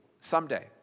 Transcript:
someday